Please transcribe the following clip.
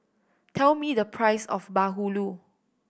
tell me the price of bahulu